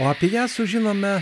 o apie ją sužinome